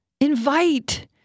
Invite